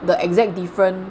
the exact different